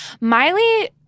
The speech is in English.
Miley